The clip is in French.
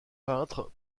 peintre